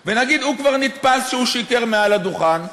ונגיד: הוא כבר נתפס שהוא שיקר מעל הדוכן.